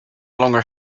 longer